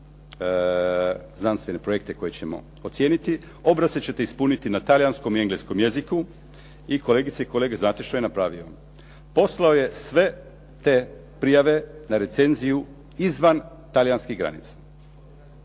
znanstvene projekte koje ćemo ocijeniti, obrasce ćete ispuniti na talijanskom i engleskom jeziku. I kolegice i kolege, znate što je napravio? Poslao je sve te prijave na recenziju izvan talijanskih granica.